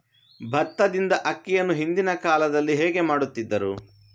ಭತ್ತದಿಂದ ಅಕ್ಕಿಯನ್ನು ಹಿಂದಿನ ಕಾಲದಲ್ಲಿ ಹೇಗೆ ಮಾಡುತಿದ್ದರು?